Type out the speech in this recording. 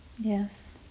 Yes